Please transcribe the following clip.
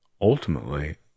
ultimately